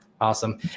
Awesome